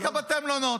רק בתי מלון?